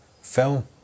film